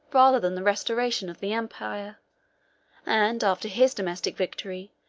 rather than the restoration, of the empire and after his domestic victory,